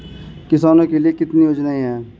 किसानों के लिए कितनी योजनाएं हैं?